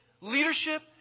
leadership